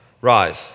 Rise